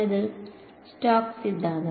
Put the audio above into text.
വിദ്യാർത്ഥി സ്റ്റോക്സ് സിദ്ധാന്തം